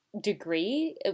degree